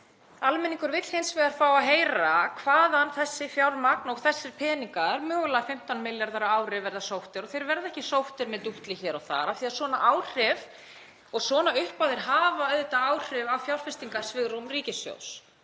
almenningur vill hins vegar fá að heyra hvaðan þetta fjármagn og þessir peningar, mögulega 15 milljarðar á ári, verða sóttir. Þeir verða ekki sóttir með dútli hér og þar af því að svona áhrif og svona upphæðir hafa auðvitað áhrif á fjárfestingarsvigrúm ríkissjóðs.